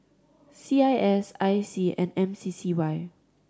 C I S I C and M C C Y